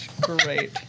Great